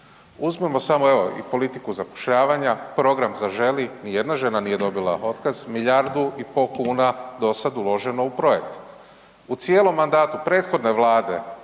Uzmimo samo evo i politiku zapošljavanja, program „Zaželi“, nijedna žena nije dobila otkaz, milijardu i po kuna do sad uloženo u projekt. U cijelom mandatu prethodne vlade